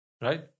right